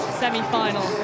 semi-final